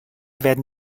werden